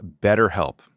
BetterHelp